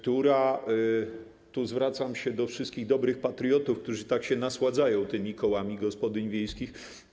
Tu zwracam się do wszystkich dobrych patriotów, którzy tak się nasładzają tymi kołami gospodyń wiejskich.